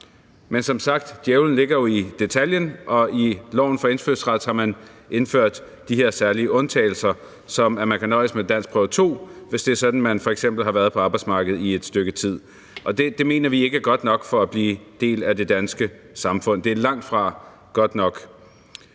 Men som sagt ligger djævlen jo i detaljen, og i loven for indfødsret har man indført de her særlige undtagelser, som at man kan nøjes med danskprøve 2, hvis det er sådan, at man f.eks. har været på arbejdsmarkedet i et stykke tid. Og det mener vi ikke er godt nok for at blive en del af det danske samfund; det er langtfra godt nok.